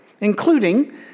including